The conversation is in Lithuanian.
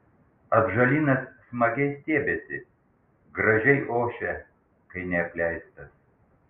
atžalynas smagiai stiebiasi gražiai ošia kai neapleistas